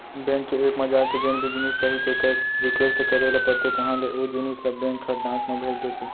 bank के app म जाके जेन भी जिनिस चाही तेकर रिक्वेस्ट करे ल परथे तहॉं ले ओ जिनिस ल बेंक ह डाक म भेज देथे